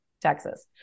texas